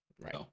Right